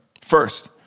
First